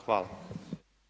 Hvala.